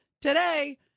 today